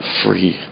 free